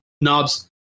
knobs